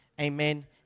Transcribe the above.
amen